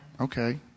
okay